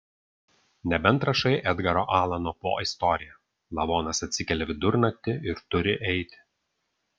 nebent rašai edgaro alano po istoriją lavonas atsikelia vidurnaktį ir turi eiti